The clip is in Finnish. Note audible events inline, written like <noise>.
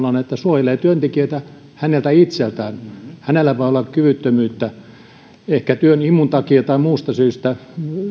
<unintelligible> on se että se suojelee työntekijää häneltä itseltään hänellä voi olla kyvyttömyyttä ehkä työn imun takia tai muusta syystä